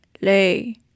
Lay